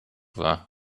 war